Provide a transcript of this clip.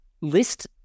list